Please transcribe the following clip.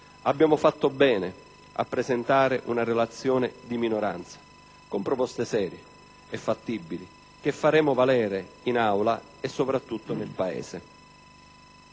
Abbiamo fatto bene a presentare una relazione di minoranza, con proposte serie e fattibili che faremo valere in Aula e soprattutto nel Paese.